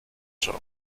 show